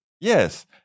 Yes